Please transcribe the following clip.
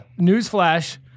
newsflash